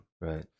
right